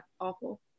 Awful